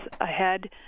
ahead